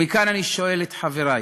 מכאן אני שואל את חברי: